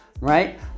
right